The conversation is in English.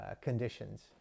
conditions